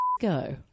go